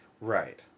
Right